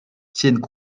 tiennent